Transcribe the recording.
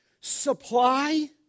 supply